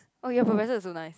oh your professor also nice